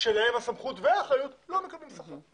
שעליהם הסמכות והאחריות לא מקבלים שכר,